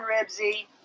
Ribsy